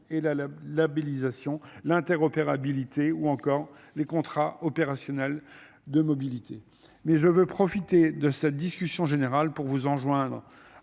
et la labellisation l'interopérabilité ou encore les contrats opérationnels de mobilité mais je veux profiter de cette discussion générale pour vous enjoindre